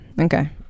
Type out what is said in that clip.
Okay